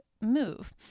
move